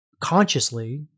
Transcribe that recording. consciously